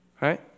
right